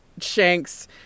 Shanks